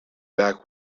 back